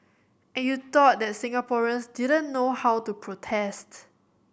and you thought that Singaporeans didn't know how to protest